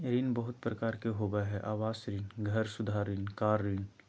ऋण बहुत प्रकार के होबा हइ आवास ऋण, घर सुधार ऋण, कार ऋण